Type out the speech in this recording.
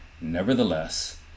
nevertheless